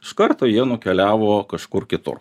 iš karto jie nukeliavo kažkur kitur